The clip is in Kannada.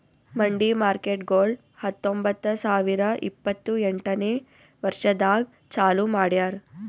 ಮಂಡಿ ಮಾರ್ಕೇಟ್ಗೊಳ್ ಹತೊಂಬತ್ತ ಸಾವಿರ ಇಪ್ಪತ್ತು ಎಂಟನೇ ವರ್ಷದಾಗ್ ಚಾಲೂ ಮಾಡ್ಯಾರ್